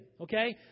okay